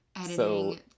editing